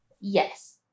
Yes